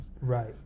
Right